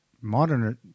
modern